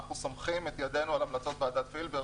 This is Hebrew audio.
אנחנו סומכים את ידינו על המלצות ותמכנו